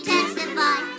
Testify